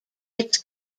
its